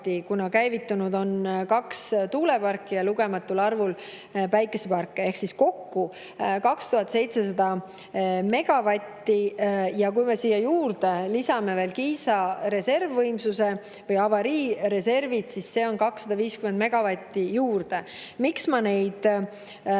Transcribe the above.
kuna käivitunud on kaks tuuleparki ja lugematul arvul päikeseparke. Ehk kokku on 2700 megavatti ja kui me lisame siia veel Kiisa reservvõimsuse või avariireservid, siis on 250 megavatti juures. Ma toon neid